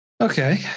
Okay